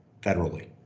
federally